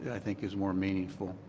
i think is more meaningful.